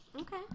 Okay